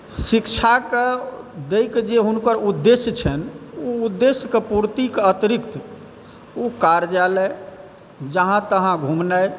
शिक्षा दैके जे हुनकर उद्देश्य छनि ओ उद्देश्यके पूर्तिके अतिरिक्त ओ कार्यालय जहाँ तहाँ घुमनाइ